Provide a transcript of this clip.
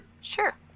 Sure